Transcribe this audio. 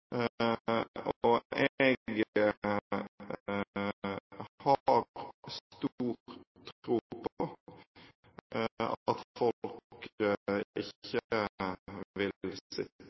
og statsborgerskap i Norge. Jeg har stor tro på at folk ikke vil sitte